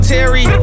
Terry